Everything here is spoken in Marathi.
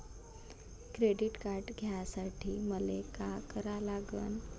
क्रेडिट कार्ड घ्यासाठी मले का करा लागन?